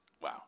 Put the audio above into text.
Wow